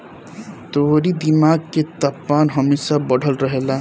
तोहरी दिमाग के तापमान हमेशा बढ़ल रहेला